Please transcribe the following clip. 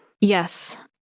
Yes